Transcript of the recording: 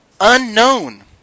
unknown